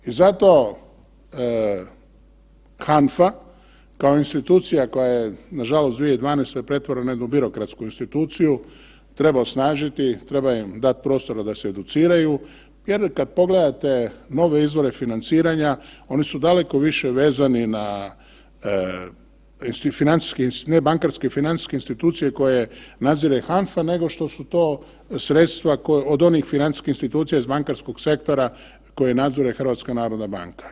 I zato HANFA kao institucija koje je nažalost 2012. pretvorena u jednu birokratsku instituciju treba osnažiti, treba im dati prostora da se educiraju jer kad pogledate nove izvore financiranja oni su daleko više vezani na financijske, ne bankarske, financijske institucije koje nadzire HANFA nego što su to sredstva od onih financijskih institucija iz bankarskog sektora koje nadzire HNB.